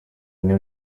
new